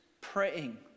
praying